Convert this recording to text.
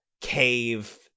cave